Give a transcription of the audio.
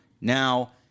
Now